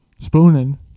spooning